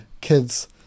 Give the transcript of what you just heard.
kids